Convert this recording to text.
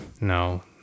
No